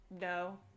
No